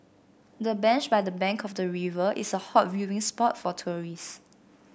the bench by the bank of the river is a hot viewing spot for tourists